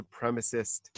supremacist